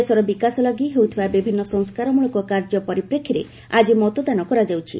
ଦେଶର ବିକାଶ ଲାଗି ହେଉଥିବା ବିଭିନ୍ନ ସଂସ୍କାରମୂଳକ କାର୍ଯ୍ୟ ପରିପ୍ରେକ୍ଷୀରେ ଆଜି ମତଦାନ କରାଯାଉଛି